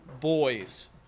boys